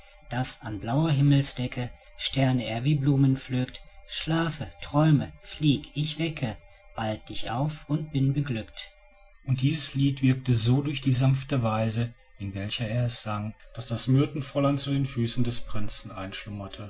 daß an blauer himmelsdecke sterne er wie blumen pflückt schlafe träume flieg ich wecke bald dich auf und bin beglückt und dies lied wirkte so durch die sanfte weise in welcher er es sang daß das myrtenfräulein zu den füßen des prinzen